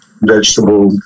vegetable